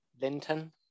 Linton